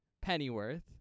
Pennyworth